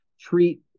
treat